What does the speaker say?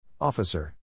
Officer